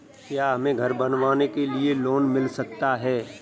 क्या हमें घर बनवाने के लिए लोन मिल सकता है?